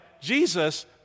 Jesus